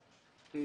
הכספים.